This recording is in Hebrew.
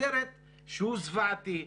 סרט זוועתי,